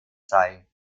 sei